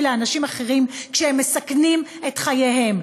לאנשים אחרים כשהם מסכנים את חייהם.